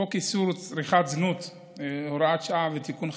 חוק איסור צריכת זנות (הוראת שעה ותיקון חקיקה),